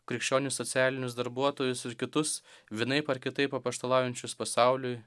krikščionis socialinius darbuotojus ir kitus vienaip ar kitaip apaštalaujančius pasauliui